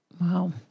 Wow